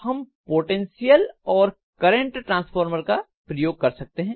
हम पोटेंशियल और current transformer का प्रयोग कर सकते हैं